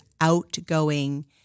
outgoing